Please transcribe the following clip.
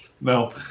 no